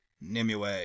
Nimue